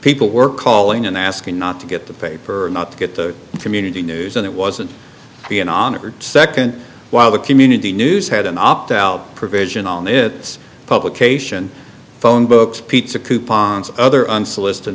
people were calling and asking not to get the paper or not to get the community news and it wasn't being honored second while the community news had an opt out provision on it publication phonebooks pizza coupons other unsolicited